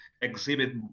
exhibit